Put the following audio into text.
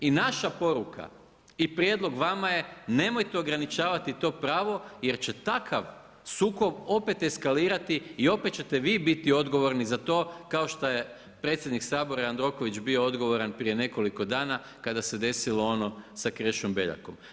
I naša poruka i prijedlog vama je nemojte ograničavati to prava, jer će takav sukob opet eskalirati i opet ćete vi biti odgovorni za to, kao što je predsjednik Sabora Jandorković bio odgovoran prije nekoliko dana kada se desilo ono s Krešom Beljakom.